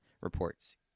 reports